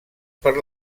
per